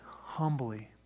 humbly